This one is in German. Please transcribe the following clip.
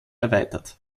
erweitert